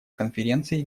конференцией